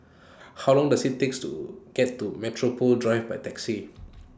How Long Does IT takes to get to Metropole Drive By Taxi